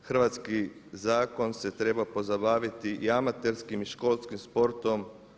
Hrvatski zakon se treba pozabaviti i amaterskim i školskim sportom.